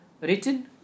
written